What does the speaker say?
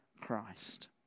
Christ